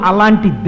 Alanti